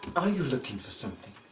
are you looking for something?